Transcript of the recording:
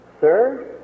Sir